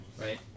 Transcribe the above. Right